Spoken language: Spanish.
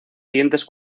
siguientes